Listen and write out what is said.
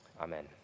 Amen